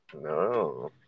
No